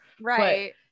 Right